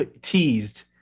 teased